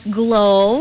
glow